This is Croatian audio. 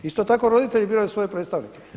Isto tako, roditelji biraju svoje predstavnike.